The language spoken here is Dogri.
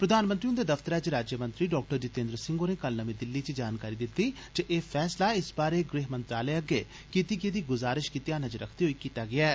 प्रधानमंत्री हुंदे दफ्तरै च राज्यमंत्री डॉ जितेंद्र सिंह होरें कल नमीं दिल्ली च जानकारी दित्ती जे एह् फैसला इस बारै गृह मंत्रालय अग्गै कीती गेदी गुजारिश गी ध्यानै च रखदे होई लैता गेआ ऐ